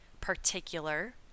particular